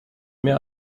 mehr